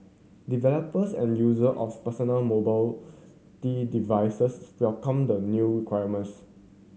developers and user of personal mobility devices welcomed the new requirements